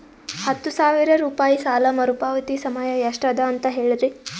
ಹತ್ತು ಸಾವಿರ ರೂಪಾಯಿ ಸಾಲ ಮರುಪಾವತಿ ಸಮಯ ಎಷ್ಟ ಅದ ಅಂತ ಹೇಳರಿ?